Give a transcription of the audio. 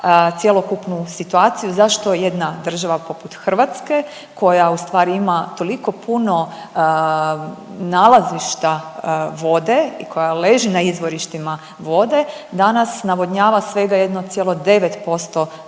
cjelokupnu situaciju zašto jedna država poput Hrvatske koja u stvari ima toliko puno nalazišta vode i koja leži na izvorištima vode danas navodnjava svega 1,9%